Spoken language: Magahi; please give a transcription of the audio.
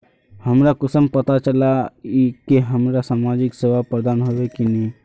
हमरा कुंसम पता चला इ की हमरा समाजिक सेवा प्रदान होबे की नहीं?